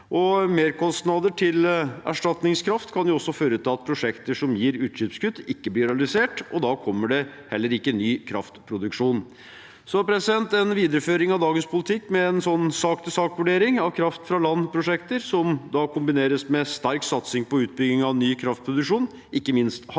Merkostnader til erstatningskraft kan også føre til at prosjekter som gir utslippskutt, ikke blir realisert, og da kommer det heller ikke ny kraftproduksjon. En videreføring av dagens politikk med en sak-tilsak-vurdering av kraft-fra-land-prosjekter som kombineres med sterk satsing på utbygging av ny kraftproduksjon, ikke minst havvind, vil kunne